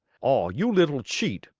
ah, you little cheat!